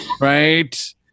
right